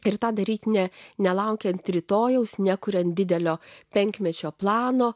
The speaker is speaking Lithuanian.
ir tą daryti ne nelaukiant rytojaus nekuriant didelio penkmečio plano